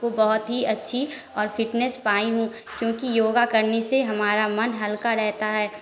बहुत ही अच्छी और फिटनेस पाई हूँ क्योंकि योगा करने से हमारा मन हल्का रहता है